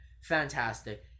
Fantastic